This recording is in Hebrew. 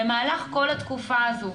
במהלך כל התקופה הזו,